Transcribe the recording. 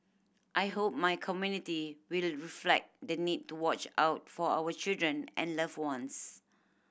I hope my community will reflect the need to watch out for our children and loved ones